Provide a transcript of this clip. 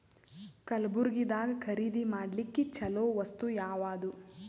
ಕಲಬುರ್ಗಿದಾಗ ಖರೀದಿ ಮಾಡ್ಲಿಕ್ಕಿ ಚಲೋ ವಸ್ತು ಯಾವಾದು?